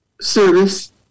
service